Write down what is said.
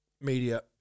media